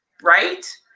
right